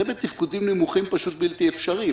בתפקודים נמוכים זה פשוט בלתי אפשרי.